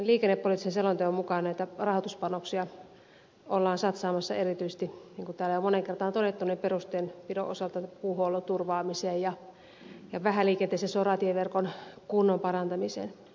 tämän liikennepoliittisen selonteon mukaan näitä rahoituspanoksia ollaan satsaamassa erityisesti niin kuin täällä jo moneen kertaan on todettu perustienpidon osalta puuhuollon turvaamiseen ja vähäliikenteisen soratieverkon kunnon parantamiseen